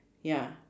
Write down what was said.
ya